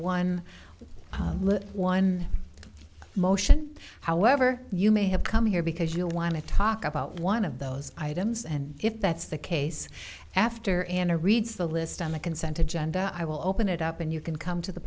one one motion however you may have come here because you want to talk about one of those items and if that's the case after anna reads the list on the consent agenda i will open it up and you can come to the